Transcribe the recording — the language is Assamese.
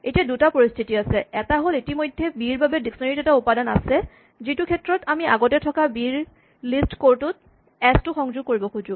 এতিয়া দুটা পৰিস্হিতি আছে এটা হ'ল ইতিমধ্যে বি ৰ বাবে ডিক্সনেৰী ত এটা উপাদান আছে যিটো ক্ষেত্ৰত আমি আগতে থকা বি ৰ লিষ্ট স্কৰ টোত এচ টো সংযোগ কৰিব খোজো